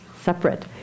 separate